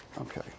Okay